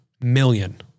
million